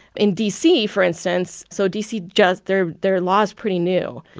in d c, for instance so d c. just their their law's pretty new.